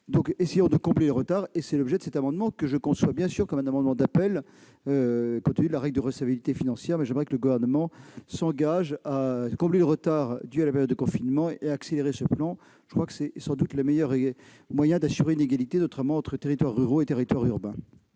Essayons de combler le retard en la matière. C'est l'objet de cet amendement que je conçois bien sûr comme un amendement d'appel compte tenu de la règle de recevabilité financière. Toutefois, j'aimerais que le Gouvernement s'engage à combler le retard provoqué par la période de confinement et à accélérer ce plan. C'est sans doute le meilleur moyen d'assurer l'égalité entre territoires ruraux et territoires urbains.